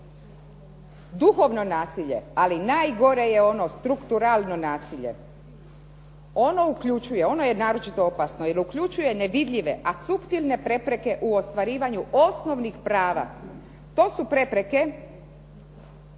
Duhovno nasilje, ali najgore je ono strukturalno nasilje. Ono uključuje, ono je naročito opasno jer uključuje nevidljive a suptilne prepreke u ostvarivanju osnovnih prava. To su prepreke